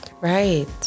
right